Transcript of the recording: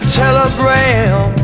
telegram